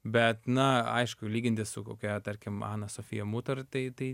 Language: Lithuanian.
bet na aišku lyginti su kokia tarkim ana sofija mutar tai tai